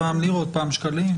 פעם לירות ופעם שקלים?